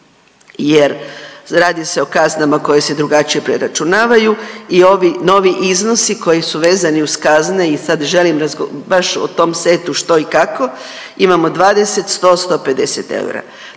jer radi se o kaznama koje se drugačije preračunavaju i ovi novi iznosi koji su vezani uz kazne i sad želim baš o tom setu što i kako imamo 20, 100, 150 eura.